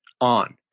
on